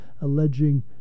alleging